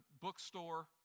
bookstore